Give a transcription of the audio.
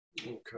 okay